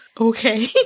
Okay